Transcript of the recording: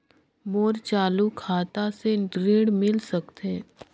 मोर चालू खाता से ऋण मिल सकथे?